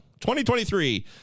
2023